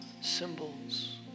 symbols